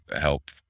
help